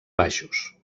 baixos